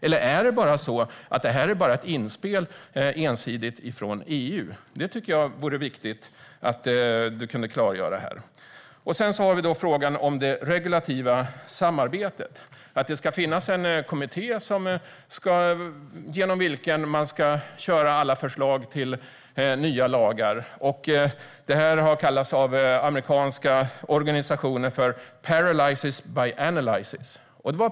Eller är det bara ett inspel ensidigt från EU? Det tycker jag vore viktigt om du kunde klargöra här. Sedan har vi då frågan om det regulativa samarbetet. Det ska finnas en kommitté genom vilken man ska köra alla förslag till nya lagar. Det här har av amerikanska organisationer kallats för paralysis by analysis.